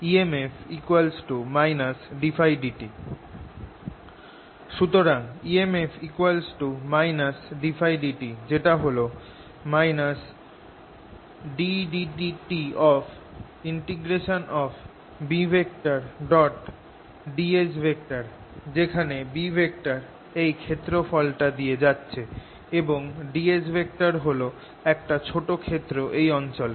emf ddtՓ সুতরাং emf ddtՓ যেটা হল ddtBds যেখানে B এই ক্ষেত্রফলটা দিয়ে যাচ্ছে এবং ds হল একটা ছোট ক্ষেত্র এই অঞ্চলে